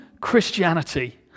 Christianity